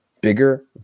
Bigger